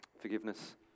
forgiveness